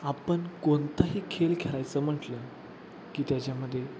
आपण कोणताही खेळ खेळायचं म्हटलं की त्याच्यामध्ये